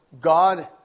God